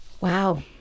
Wow